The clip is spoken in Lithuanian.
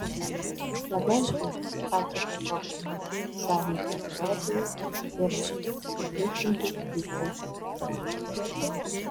labiausiai pačią fotografę žavi testuotojų ir supriešintų lyčių serijos